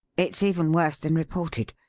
it's even worse than reported.